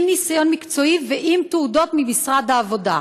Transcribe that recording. ניסיון מקצועי ועם תעודות ממשרד העבודה.